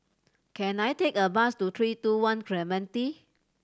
can I take a bus to Three Two One Clementi